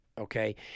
okay